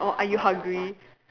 or are you hungry